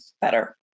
better